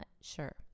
sure